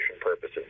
purposes